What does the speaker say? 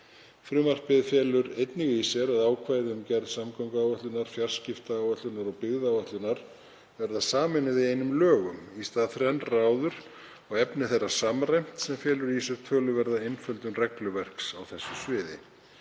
Frumvarpið felur einnig í sér að ákvæði um gerð samgönguáætlunar, fjarskiptaáætlunar og byggðaáætlunar verða sameinuð í einum lögum í stað þrennra áður og efni þeirra samræmt, sem felur í sér töluverða einföldun regluverks á þessu sviði.